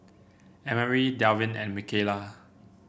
Emery Dalvin and Mikaila